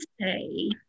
say